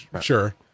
Sure